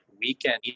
weekend